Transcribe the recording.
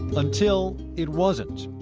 until, it wasn't.